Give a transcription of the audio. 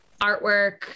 artwork